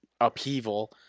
upheaval